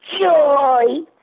Joy